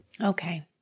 Okay